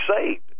saved